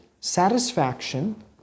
Satisfaction